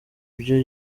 ibyo